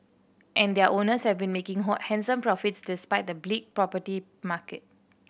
and their owners have been making handsome profits despite the bleak property market